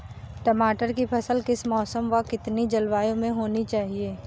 टमाटर की फसल किस मौसम व कितनी जलवायु में होनी चाहिए?